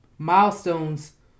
Milestones